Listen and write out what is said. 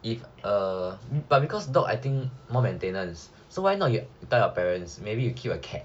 if err but because dog I think more maintenance so why not you tell your parents maybe you keep a cat